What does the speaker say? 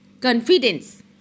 confidence